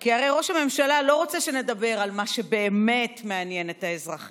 כי הרי ראש הממשלה לא רוצה שנדבר על מה שבאמת מעניין את האזרחים.